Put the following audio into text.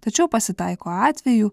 tačiau pasitaiko atvejų